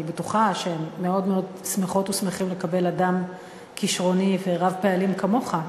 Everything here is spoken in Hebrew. אני בטוחה שהם מאוד שמחות ושמחים לקבל אדם כישרוני ורב פעלים כמוך,